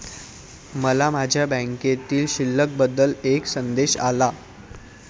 मला माझ्या बँकेतील शिल्लक बद्दल एक संदेश आला